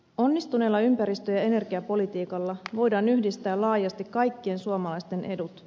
onnistuneella ympäristö ja energiapolitiikalla voidaan yhdistää laajasti kaikkien suomalaisten edut